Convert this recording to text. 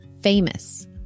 famous